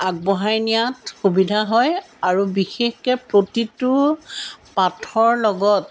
আগবঢ়াই নিয়াত সুবিধা হয় আৰু বিশেষকৈ প্ৰতিটো পাঠৰ লগত